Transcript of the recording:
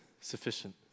sufficient